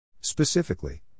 Specifically